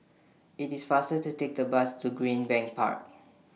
IT IS faster to Take The Bus to Greenbank Park